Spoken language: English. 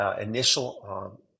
initial